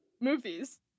movies